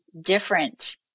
different